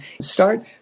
start